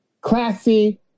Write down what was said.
classy